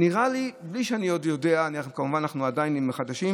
נראה לי, בלי שאני יודע עדיין, אנחנו עדיין חדשים,